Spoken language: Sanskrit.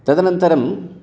तदनन्तरम्